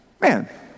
man